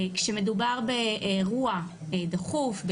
כשמדובר באירוע דחוף,